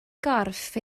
gorff